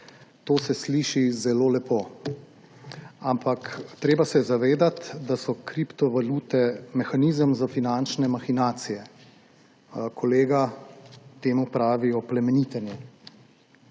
To se sliši zelo lepo. Ampak treba se je zavedati, da so kriptovalute mehanizem za finančne mahinacije. Kolega temu pravi oplemenitenje.